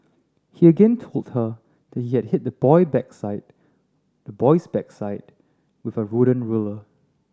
he again told her that he had hit the boy backside the boy's backside with a wooden ruler